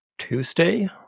tuesday